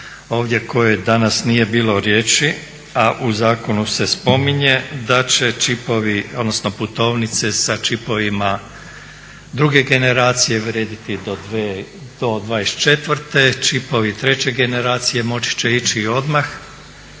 ovdje o kojoj danas nije bilo riječi a u zakonu se spominje da će čipovi, odnosno putovnice sa čipovima druge generacije vrijediti do 2024., čipovi treće generacije moći će ići odmah